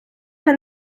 для